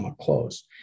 close